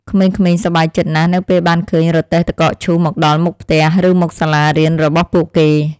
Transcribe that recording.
ក្មេងៗសប្បាយចិត្តណាស់នៅពេលបានឃើញរទេះទឹកកកឈូសមកដល់មុខផ្ទះឬមុខសាលារៀនរបស់ពួកគេ។